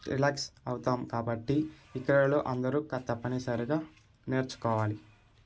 relax అవుతాం కాబట్టి ఈ క్రీడలు అందరూ తప్పనిసరిగా నేర్చుకోవాలి